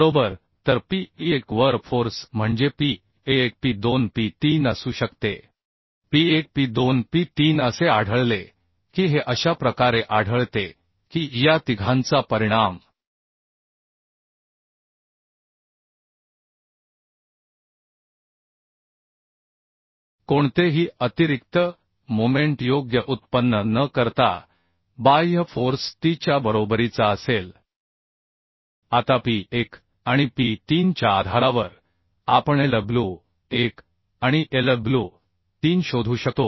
बरोबर तर P1 वर फोर्स म्हणजे P 1 P2 P 3 असू शकते P1 P2 P3 असे आढळले की हे अशा प्रकारे आढळते की या तिघांचा परिणाम कोणतेही अतिरिक्त मोमेंट योग्य उत्पन्न न करता बाह्य फोर्स T च्या बरोबरीचा असेल आताP1 आणि P3 च्या आधारावर आपण Lw1 आणि Lw3 शोधू शकतो